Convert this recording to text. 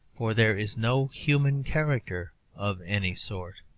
for there is no human character of any sort.